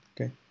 Okay